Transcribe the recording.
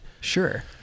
sure